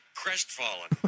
crestfallen